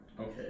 Okay